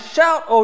Shout